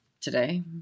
today